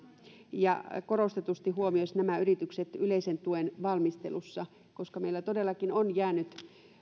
ja korostetusti huomioisi nämä yritykset yleisen tuen valmistelussa koska meillä todellakin on